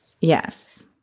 Yes